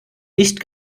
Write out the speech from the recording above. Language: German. nicht